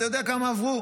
אתה יודע כמה עברו,